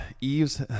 Eve's